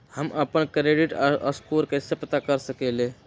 हम अपन credit score कैसे पता कर सकेली?